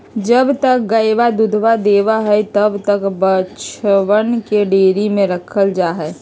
जब तक गयवा दूधवा देवा हई तब तक बछड़वन के डेयरी में रखल जाहई